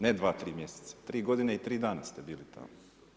Ne, 2, 3 mjeseca, 3 godine i 3 dana ste bili tamo.